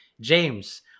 James